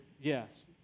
Yes